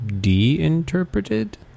de-interpreted